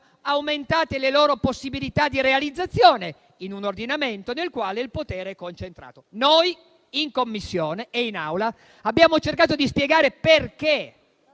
aumentate le loro possibilità di realizzazione in un ordinamento nel quale il potere è concentrato. Noi in Commissione e in Aula abbiamo cercato di spiegare perché